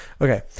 Okay